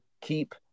keep